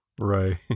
right